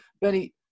Benny